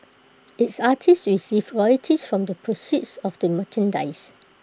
its artists receive royalties from the proceeds of the merchandise